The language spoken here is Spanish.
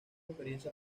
experiencia